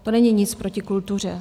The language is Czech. To není nic proti kultuře.